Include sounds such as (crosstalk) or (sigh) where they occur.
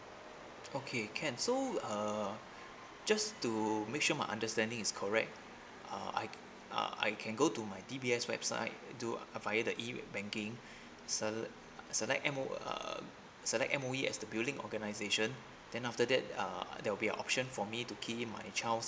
okay can so uh (breath) just to make sure my understanding is correct uh I uh I can go to my D_B_S website do uh via the e banking (breath) sel~ uh select m o uh select M_O_E as the billing organisation then after that uh there will be uh option for me to key my child's